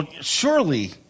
surely